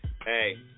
hey